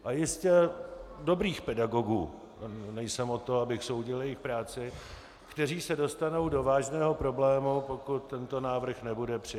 A jistě dobrých pedagogů nejsem od toho, abych soudil jejich práci , kteří se dostanou do vážného problému, pokud tento návrh nebude přijat.